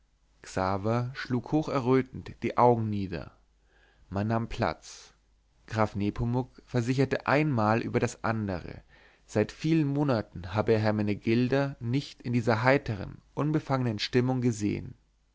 schlug hocherrötend die augen nieder man nahm platz graf nepomuk versicherte ein mal über das andere seit vielen monaten habe er hermenegilda nicht in dieser heitern unbefangenen stimmung gesehen